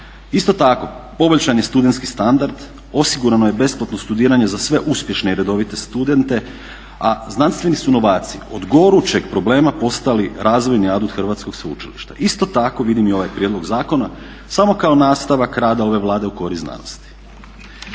Isto tako, poboljšan je studentski standard, osigurano je besplatno studiranje za sve uspješne i redovite studente, a znanstveni su novaci od gorućeg problema postali razvojni adut hrvatskog sveučilišta. Isto tako vidim i ovaj prijedlog zakona samo kao nastavak rada ove Vlade u korist znanosti.